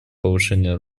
повышение